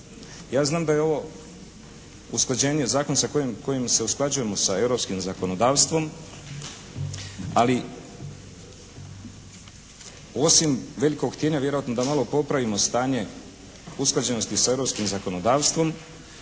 Ja znam da je ovo usklađenje zakona sa kojim se usklađujemo sa europskim zakonodavstvom, ali osim velikog htijenja vjerojatno da malo popravimo stanje usklađenosti sa europskim zakonodavstvom,